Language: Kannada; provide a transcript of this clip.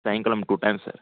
ಸಾಯಂಕಾಲ ಒಮ್ಮೆ ಟೂ ಟೈಮ್ ಸರ್